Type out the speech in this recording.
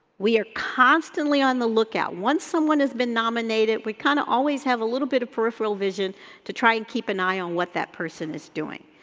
we are constantly on the lookout, once someone has been nominated we kinda always have a little bit of peripheral vision to try and keep an eye on what that person is doing.